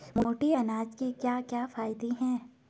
मोटे अनाज के क्या क्या फायदे हैं?